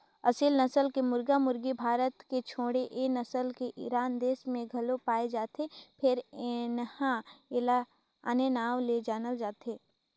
असेल नसल के मुरगा मुरगी भारत के छोड़े ए नसल हर ईरान देस में घलो पाये जाथे फेर उन्हा एला आने नांव ले जानल जाथे